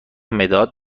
مداد